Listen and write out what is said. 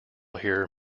here